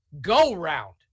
go-round